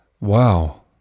Wow